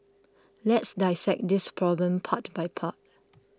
let's dissect this problem part by part